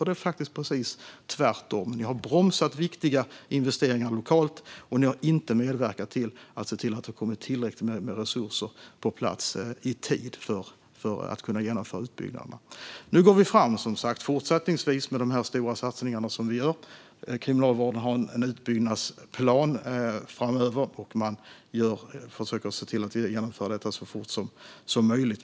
Det är faktiskt precis tvärtom. Ni har bromsat viktiga investeringar lokalt, och ni har inte medverkat till att se till att det kommer tillräckligt med resurser på plats i tid för att kunna genomföra utbyggnaderna. Nu fortsätter vi att gå fram med de stora satsningar vi gör. Kriminalvården har en utbyggnadsplan framöver, och man försöker se till att genomföra den så fort som möjligt.